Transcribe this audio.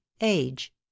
age